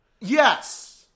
Yes